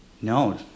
No